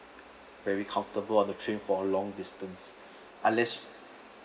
very comfortable on the train for long distance unless